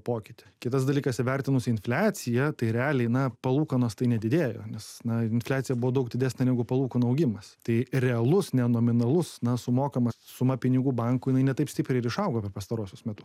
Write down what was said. pokytį kitas dalykas įvertinus infliaciją tai realiai na palūkanos tai nedidėjo nes na infliacija buvo daug didesnė negu palūkanų augimas tai realus ne nominalus na sumokama suma pinigų bankui jinai ne taip stipriai ir išaugo per pastaruosius metus